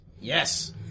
Yes